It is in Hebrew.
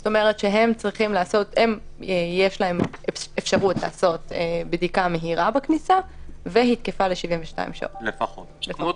יש להם אפשרות לעשות בדיקה מהירה בכניסה והיא תקפה ל-72 שעות לפחות.